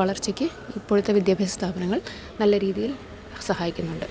വളർച്ചയ്ക്ക് ഇപ്പോഴത്തെ വിദ്യാഭ്യാസ സ്ഥാപനങ്ങൾ നല്ല രീതിയിൽ സഹായിക്കുന്നുണ്ട്